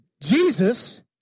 Jesus